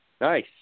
Nice